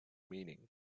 meaning